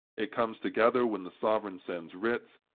it comes together when the sovereign sends writs,